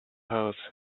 house